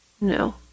No